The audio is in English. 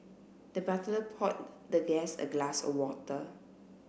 the butler poured the guest a glass of water